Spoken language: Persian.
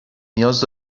نیاز